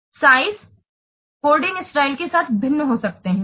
size coding style के साथ भिन्न हो सकते हैं